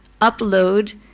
upload